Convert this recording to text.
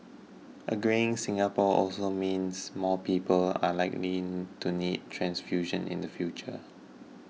a greying Singapore also means more people are likely to need transfusions in the future